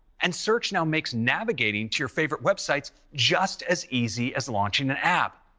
and search now makes navigating to your favorite websites just as easy as launching an app.